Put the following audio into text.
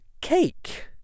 cake